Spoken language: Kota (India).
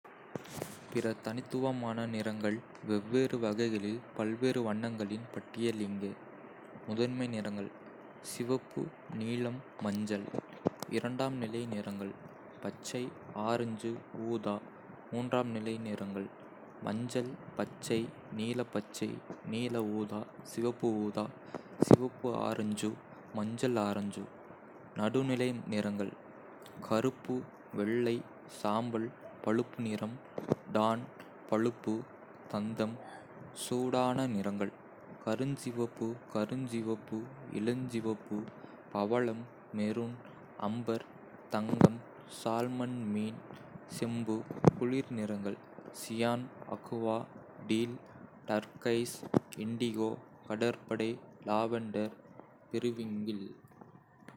பிற தனித்துவமான நிறங்கள் வெவ்வேறு வகைகளில் பல்வேறு வண்ணங்களின் பட்டியல் இங்கே. முதன்மை நிறங்கள். சிவப்பு. நீலம். மஞ்சள். இரண்டாம் நிலை நிறங்கள். பச்சை. ஆரஞ்சு. ஊதா. மூன்றாம் நிலை நிறங்கள். மஞ்சள்-பச்சை. நீல-பச்சை. நீல-ஊதா. சிவப்பு-ஊதா. சிவப்பு-ஆரஞ்சு. மஞ்சள்-ஆரஞ்சு. நடுநிலை நிறங்கள். கருப்பு, வெள்ளை, சாம்பல். பழுப்பு நிறம், டான், பழுப்பு. தந்தம், சூடான நிறங்கள், கருஞ்சிவப்பு. கருஞ்சிவப்பு, இளஞ்சிவப்பு, பவளம். மெரூன், அம்பர், தங்கம். சால்மன் மீன், செம்பு, குளிர் நிறங்கள், cyan. Aqua, teal, turquoise. Indigo, கடற்படை, லாவெண்டர். பெரிவிங்கிள்.